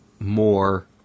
more